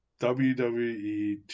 WWE